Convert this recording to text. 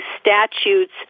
statutes